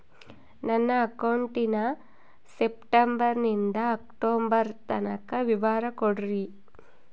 ನನ್ನ ಅಕೌಂಟಿನ ಸೆಪ್ಟೆಂಬರನಿಂದ ಅಕ್ಟೋಬರ್ ತನಕ ವಿವರ ಕೊಡ್ರಿ?